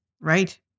right